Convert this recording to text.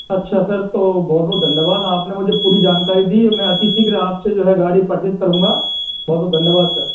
अच्छा सर तो बहुत बहुत धन्यवाद आपने मुझे पूरी जानकारी दी और मैं अति शीघ्र आपसे जो है गाड़ी परचेज करूंगा बहुत बहुत धन्यवाद सर